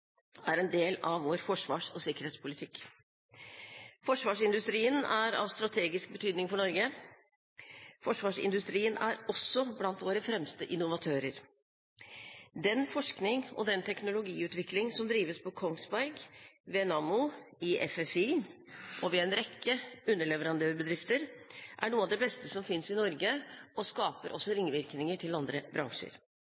er en del av vår forsvars- og sikkerhetspolitikk. Forsvarsindustrien er av strategisk betydning for Norge. Forsvarsindustrien er også blant våre fremste innovatører. Den forskning og den teknologiutvikling som drives på Kongsberg, ved Nammo, ved FFI og ved en rekke underleverandørbedrifter, er noe av det beste som finnes i Norge, og det skaper også